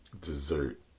dessert